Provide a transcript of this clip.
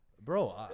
bro